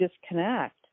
disconnect